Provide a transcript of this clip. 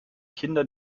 kinder